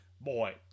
Boy